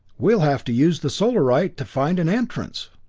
we'll have to use the solarite to find an entrance!